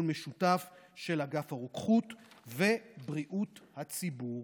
משותף של אגף הרוקחות ובריאות הציבור.